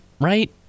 right